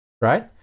right